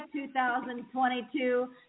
2022